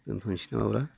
दोनथ'नोसै नामाब्रा